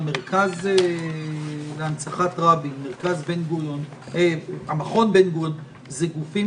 כמו המרכז להנצחת רבין או מכון בן גוריון אלה גופים